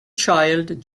child